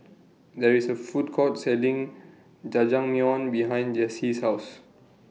There IS A Food Court Selling Jajangmyeon behind Jesse's House